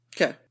Okay